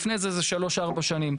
לפני זה זה שלוש ארבע שנים.